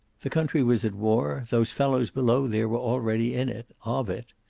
the country was at war. those fellows below there were already in it, of it.